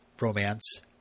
romance